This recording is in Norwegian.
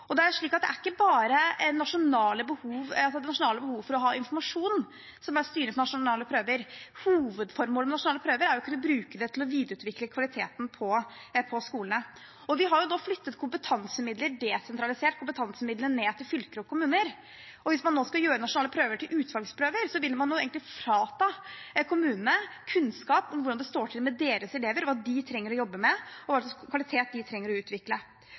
Det er ikke bare nasjonale behov for å ha informasjon som er styrende for nasjonale prøver. Hovedformålet med nasjonale prøver er å kunne bruke dem til å videreutvikle kvaliteten på skolene. Vi har flyttet kompetansemidler og desentralisert dem ned til fylker og kommuner. Hvis man nå skal gjøre nasjonale prøver om til utvalgsprøver, vil man egentlig frata kommunene kunnskap om hvordan det står til med deres elever, hva de trenger å jobbe med, og hva slags kvalitet de trenger å utvikle.